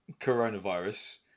coronavirus